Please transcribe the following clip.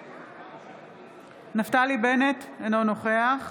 נגד נפתלי בנט, אינו נוכח